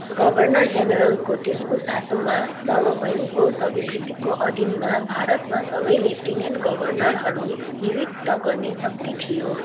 governor जेनेरलको त्यसको साटोमा सार्वभौमको स्वीकृतिको अधीनम भारतमा सबै लेफ्टिनेन्ट गभर्नरहरू नियुक्त गर्ने शक्ति थियो